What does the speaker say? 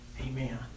Amen